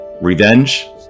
revenge